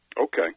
okay